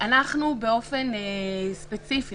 אנחנו באופן ספציפי,